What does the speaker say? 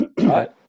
right